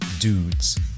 dudes